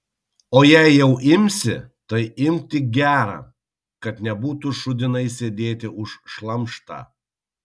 o jei jau imsi tai imk tik gerą kad nebūtų šūdinai sėdėti už šlamštą